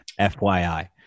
FYI